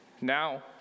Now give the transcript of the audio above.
now